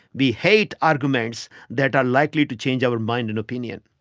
we hate arguments that are likely to change our mind and opinion.